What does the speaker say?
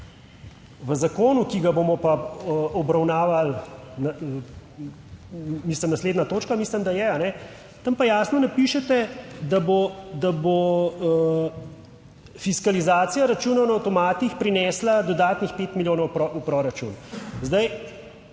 V zakonu, ki ga bomo pa obravnavali, naslednja točka, mislim, da je tam, pa jasno napišete, da bo fiskalizacija računov na avtomatih prinesla dodatnih pet milijonov v proračun. Zdaj